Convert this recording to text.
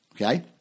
Okay